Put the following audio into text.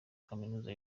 kaminuza